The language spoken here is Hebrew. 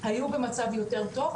היו במצב יותר טוב,